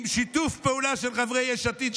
עם שיתוף פעולה של חברי יש עתיד,